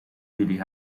jullie